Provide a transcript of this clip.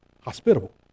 hospitable